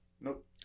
Nope